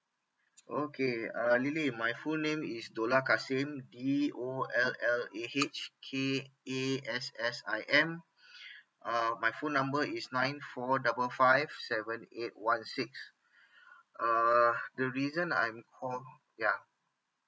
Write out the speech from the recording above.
okay uh lily my full name is dollah kassim D O L L A H K A S S I M uh my phone number is nine four double five seven eight one six err the reason I'm call ya